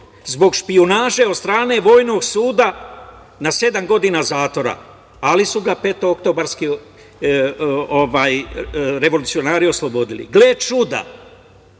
zbog špijunaže od strane vojnog suda na sedam godina zatvora, ali su ga peto oktobarski revolucionari oslobodili. Gle čuda,